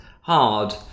hard